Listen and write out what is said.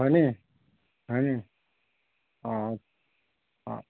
হয়নে হয়নি অঁ অঁ